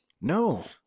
no